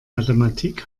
mathematik